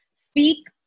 speak